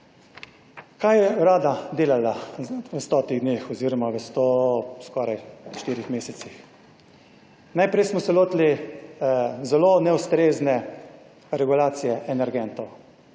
Kaj je Vlada delala v stotih dneh oziroma v skoraj štirih mesecih? Najprej smo se lotili zelo neustrezne regulacije energentov.